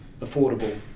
affordable